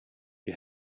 you